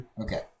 Okay